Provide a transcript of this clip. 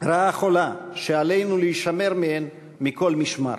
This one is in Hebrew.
רעה חולה שעלינו להישמר מהן מכל משמר.